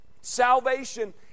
salvation